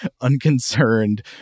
unconcerned